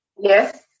yes